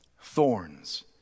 thorns